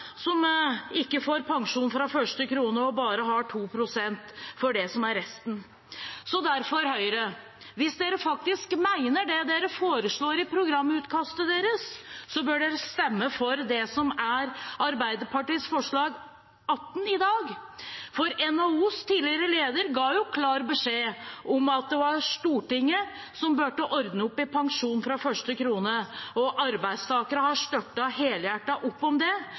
som ikke får pensjon fra første krone og bare har 2 pst. for resten. Så derfor, til Høyre: Hvis dere faktisk mener det dere foreslår i programutkastet deres, bør dere stemme for Arbeiderpartiets forslag nr. 18 i dag, for NHOs tidligere leder ga jo klar beskjed om at det var Stortinget som burde ordne opp i pensjon fra første krone, og arbeidstakerne har støttet helhjertet opp om det.